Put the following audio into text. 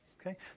okay